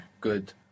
Good